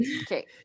okay